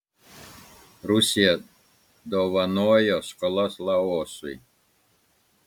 rusija dovanojo skolas laosui